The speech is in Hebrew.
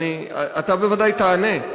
אתה יכול --- אתה בוודאי תענה.